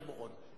חיים אורון.